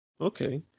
okay